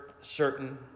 certain